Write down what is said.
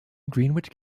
greenwich